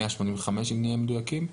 185 אם נהיה מדויקים.